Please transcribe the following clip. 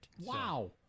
Wow